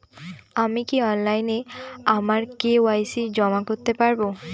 আমি কি অনলাইন আমার কে.ওয়াই.সি জমা করতে পারব?